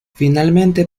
finalmente